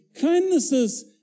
kindnesses